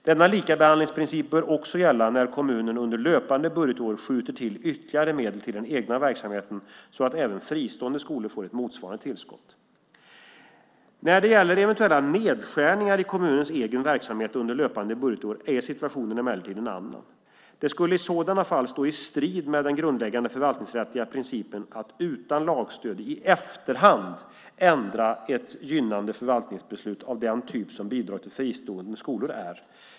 Denna likabehandlingsprincip bör också gälla när kommunen under löpande budgetår skjuter till ytterligare medel till den egna verksamheten, så att även fristående skolor får ett motsvarande tillskott. När det gäller eventuella nedskärningar i den kommunala verksamheten under löpande budgetår är situationen emellertid en annan. Det skulle i sådana fall stå i strid med den grundläggande förvaltningsrättsliga principen att utan lagstöd i efterhand ändra ett gynnande förvaltningsbeslut av den typ som bidrag till fristående skolor är.